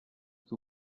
que